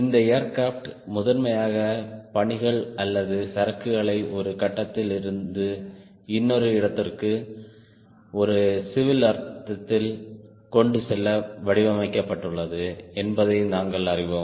இந்த ஏர்கிராப்ட் முதன்மையாக பயணிகள் அல்லது சரக்குகளை ஒரு கட்டத்தில் இருந்து இன்னொரு இடத்திற்கு ஒரு சிவில் அர்த்தத்தில் கொண்டு செல்ல வடிவமைக்கப்பட்டுள்ளது என்பதையும் நாங்கள் அறிவோம்